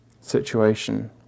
situation